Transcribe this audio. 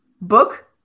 Book